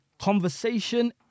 Conversation